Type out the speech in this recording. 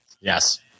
Yes